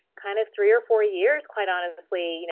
kind of three or four years quite honestly, you know